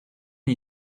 une